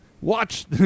watch